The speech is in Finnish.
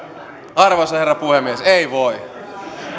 arvoisa herra puhemies ei voi